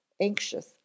anxious